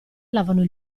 lavano